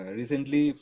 recently